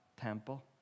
temple